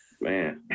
man